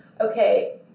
Okay